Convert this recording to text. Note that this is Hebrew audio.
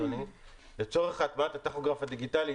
אדוני - לצורך הטמעת הטכוגרף הדיגיטלי,